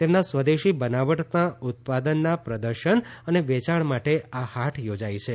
તેમના સ્વદેશી બનાવટનાં ઉત્પાદનોના પ્રદર્શન અને વેચાણ માટે આ હાટ યોજાઈ છે